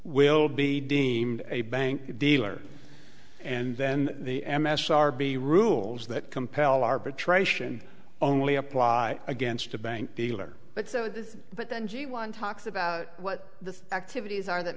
will be deemed a bank dealer and then the m s r be rules that compel arbitration only apply against a bank dealer but so but then g one talks about what the activities are that